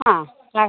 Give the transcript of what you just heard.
ആ കാശ്